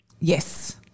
Yes